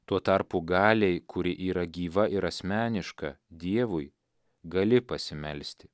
tuo tarpu galiai kuri yra gyva ir asmeniška dievui gali pasimelsti